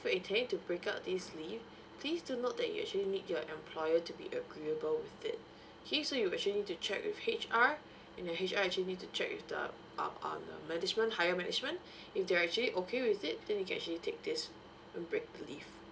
if you're intending to break up this leave please do note that you are actually need your employer to be agreeable with it okay so you actually need to check with H_R and your H_R actually need to check with the um uh management higher management if they are actually okay with it then you can actually take this and break the leave